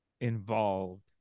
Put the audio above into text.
involved